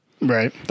right